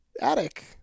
attic